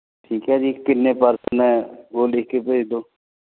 ਠੀਕ ਹੈ ਜੀ ਕਿੰਨੇ ਪਰਸਨ ਹੈ ਉਹ ਲਿਖ ਕੇ ਭੇਜ ਦਿਉ